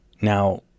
Now